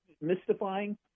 mystifying